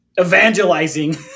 evangelizing